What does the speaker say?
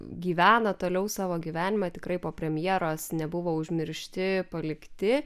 gyvena toliau savo gyvenimą tikrai po premjeros nebuvo užmiršti palikti